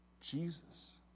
Jesus